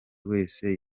wese